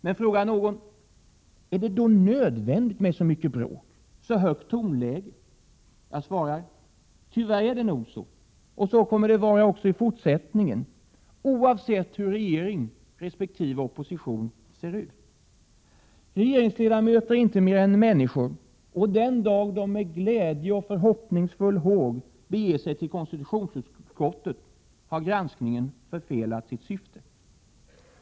Men, frågar någon, är det då nödvändigt med så mycket bråk, så högt tonläge? Jag svarar: Tyvärr är det nog så, och så kommer det att vara också i fortsättningen, oavsett hur regering resp. opposition ser ut. Regeringsledamöter är inte mer än människor, och den dag de med glädje och förhoppningsfull håg beger sig till KU har granskningen förfelat sitt syfte.